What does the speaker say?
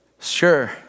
Sure